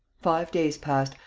five days passed,